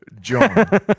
John